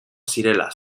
zirela